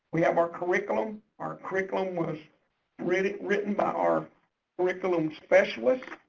we have our curriculum, our curriculum was written written by our curriculum specialists,